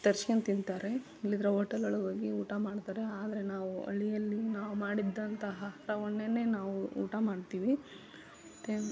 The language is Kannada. ತರ್ಸ್ಕೊಂಡು ತಿಂತಾರೆ ಇಲ್ಲದಿದ್ರೆ ಓಟೆಲ್ ಒಳಗೆ ಹೋಗಿ ಊಟ ಮಾಡ್ತಾರೆ ಆದರೆ ನಾವು ಹಳ್ಳಿಯಲ್ಲಿ ನಾವು ಮಾಡಿದ್ದಂತಹ ಊಟವನ್ನೇನೆ ನಾವು ಊಟ ಮಾಡ್ತೀವಿ ಮತ್ತು